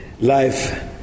life